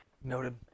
Noted